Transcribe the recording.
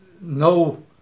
no